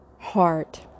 heart